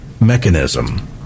mechanism